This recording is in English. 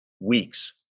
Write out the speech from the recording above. weeks